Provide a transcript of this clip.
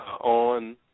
on